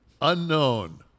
unknown